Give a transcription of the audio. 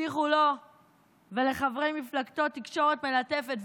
הבטיחו לו ולחברי מפלגתו תקשורת מלטפת,